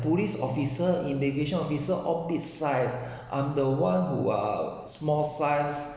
police officer immigration officer all big size I’m the one who are small size